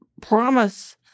promise